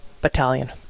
battalion